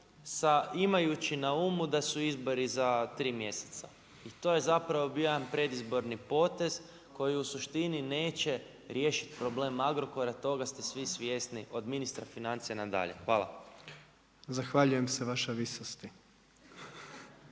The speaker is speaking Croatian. imajući na umu da su izbori za 3 mjeseca. I to je zapravo bio jedan predizborni potez koji u suštini neće riješiti problem Agrokora, toga ste svi svjesni od ministra financija na dalje. Hvala. **Jandroković, Gordan